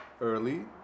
early